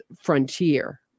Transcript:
Frontier